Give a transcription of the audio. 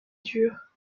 dur